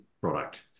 product